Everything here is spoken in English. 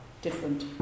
different